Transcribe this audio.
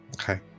Okay